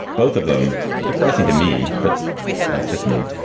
both of them depressing to me. but that's just me.